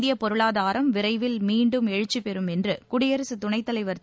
இந்திய பொருளாதாரம் விரைவில் மீண்டும் எழுச்சி பெறும் என்று குடியரசுத் துணைத்தலைவா்